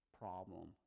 problem